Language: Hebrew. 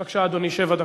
בבקשה, אדוני, שבע דקות.